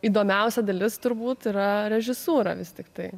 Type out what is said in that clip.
įdomiausia dalis turbūt yra režisūra vis tiktai